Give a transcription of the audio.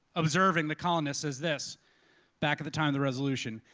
observing the colonists, says this back at the time of the revolution,